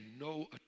no